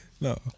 No